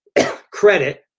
credit